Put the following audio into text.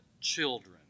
children